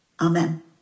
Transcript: Amen